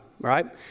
right